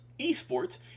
ESports